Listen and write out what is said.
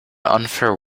unfair